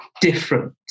different